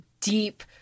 deep